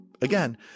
Again